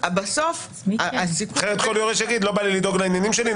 אחרת כול יורש יגיד: לא בא לי לדאוג לעניינים שלי,